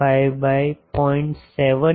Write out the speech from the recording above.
75 by 0